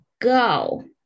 go